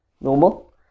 normal